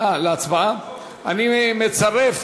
אני מצרף